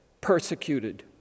persecuted